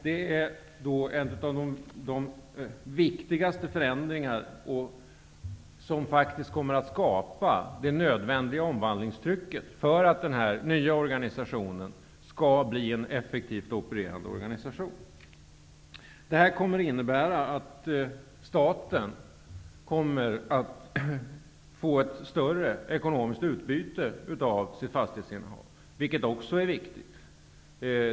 Detta är en av de viktigaste förändringarna, en förändring som faktiskt kommer att skapa det omvandlingstryck som är nödvändigt för att den nya organisationen skall bli en effektivt opererande organisation. Det här kommer att innebära att staten får ett större ekonomiskt utbyte av sitt fastighetsinnehav, vilket också är viktigt.